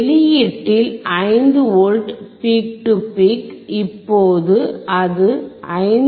வெளியீட்டில் 5 V peak to peak இப்போது அது 5